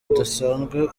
budasanzwe